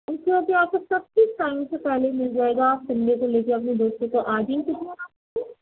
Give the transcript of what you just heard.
اِس طرح سے آپ کو سب کچھ ٹائم سے پہلے مل جائے گا آپ سنڈے کو لے کے اپنے دوستوں کو آ جائیں